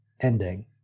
ending